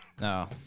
No